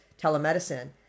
telemedicine